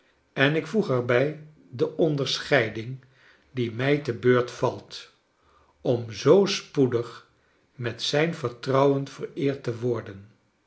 en ik voeg er bij de onderscheiding die mij te beurt valt om zoo spoedig met zijn vertrouwen vereerd te worden